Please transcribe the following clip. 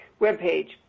webpage